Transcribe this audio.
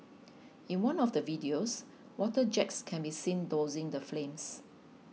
in one of the videos water jets can be seen dousing the flames